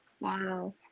Wow